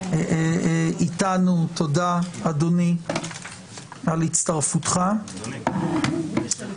שהייתה שותפה למהלכים גדולים באולם